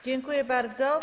Dziękuję bardzo.